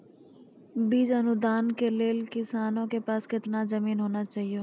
बीज अनुदान के लेल किसानों के पास केतना जमीन होना चहियों?